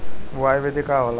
बुआई विधि का होला?